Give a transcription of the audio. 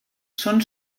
són